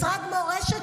משרד מורשת,